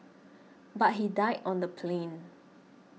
but he died on the plane